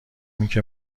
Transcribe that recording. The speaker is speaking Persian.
اینکه